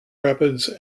rapids